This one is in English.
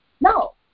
No